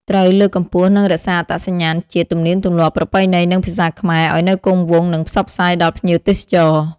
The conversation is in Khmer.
ត្រូវ លើកកម្ពស់ និងរក្សាអត្តសញ្ញាណ ជាតិ ទំនៀមទម្លាប់ ប្រពៃណី និង ភាសាខ្មែរ ឲ្យនៅគង់វង្ស និងផ្សព្វផ្សាយដល់ភ្ញៀវទេសចរ។